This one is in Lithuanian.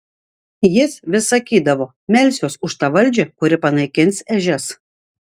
jis vis sakydavo melsiuos už tą valdžią kuri panaikins ežias